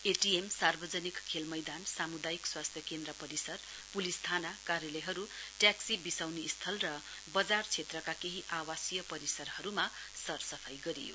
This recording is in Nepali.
एटीएम सार्वजनिक खेल मैदान साम्दायिक स्वास्थ्य केन्द्र परिसर प्लिस थाना कार्यालयहरू ट्याक्सी बिसौनी स्थल र बजार क्षेत्रका केही आवासीय परिसरहरूमा सर सफाई गरियो